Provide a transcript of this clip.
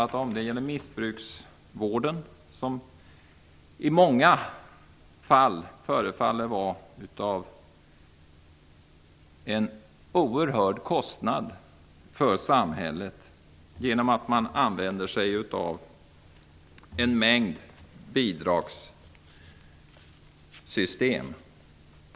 Det gäller t.ex. missbruksvården, som i många fall förefaller kosta oerhört mycket för samhället, genom att man använder sig av en mängd bidragssystem.